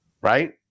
Right